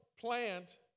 plant